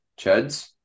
Cheds